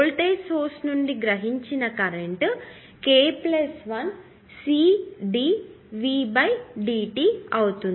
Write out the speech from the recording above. voltage source నుండి గ్రహించిన current k 1 CdV dt అవుతుంది